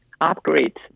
upgrade